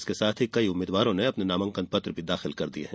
उसके साथ ही कई उम्मीदवारों ने अपने नामांकन पत्र भी दाखिल कर दिये हैं